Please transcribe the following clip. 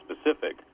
specific